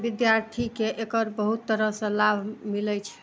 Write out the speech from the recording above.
विद्यार्थीके एकर बहुत तरहसँ लाभ मिलय छै